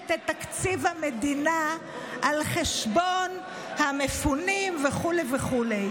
את תקציב המדינה על חשבון המפונים וכו' וכו'?